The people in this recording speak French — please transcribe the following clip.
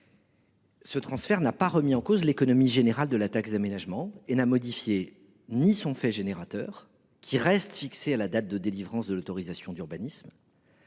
Celui ci n’a pas remis en cause l’économie générale de la taxe d’aménagement et n’a modifié ni son fait générateur, qui reste fixé à la date de délivrance de l’autorisation d’urbanisme,